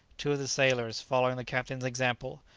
two of the sailors, following the captain's example,